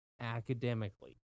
academically